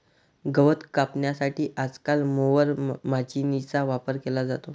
गवत कापण्यासाठी आजकाल मोवर माचीनीचा वापर केला जातो